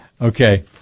Okay